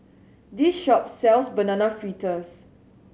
this shop sells Banana Fritters